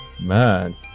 Man